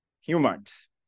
humans